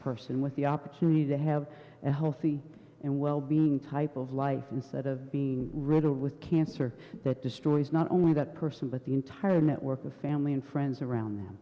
person with the opportunity to have a healthy and well being type of life instead of being riddled with cancer that destroys not only that person but the entire network of family and friends around them